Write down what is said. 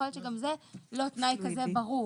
יכול להיות שגם זה לא תנאי כזה ברור.